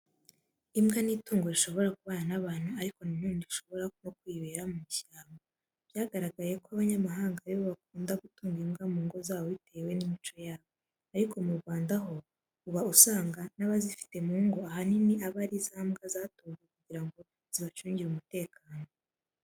Imbwa ni itungo rishobora kubana n'abantu ariko na none rishobora no kwibera mu ishyamba. Byagaragaye ko abanyamahanga ari bo bakunda gutunga imbwa mu ngo zabo bitewe n'imico yabo. Ariko mu Rwanda ho uba usanga n'abazifite mu ngo ahanini aba ari za mbwa zatojwe kugira ngo zibacungire umutekano.